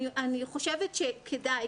אני חושבת שכדאי,